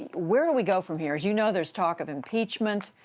where do we go from here? as you know, there's talk of impeachment,